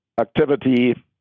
activity